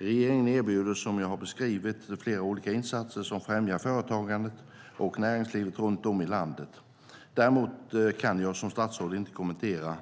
Regeringen erbjuder, som jag har beskrivit, flera olika insatser som främjar företagandet och näringslivet runt om i landet. Däremot kan jag som statsråd inte kommentera